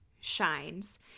shines